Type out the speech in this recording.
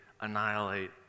annihilate